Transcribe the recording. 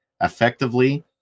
effectively